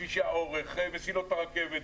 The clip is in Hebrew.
כבישי האורך מסילות הרכבת,